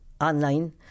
online